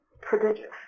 prodigious